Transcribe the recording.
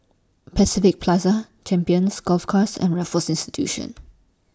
Pacific Plaza Champions Golf Course and Raffles Institution